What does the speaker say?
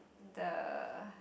the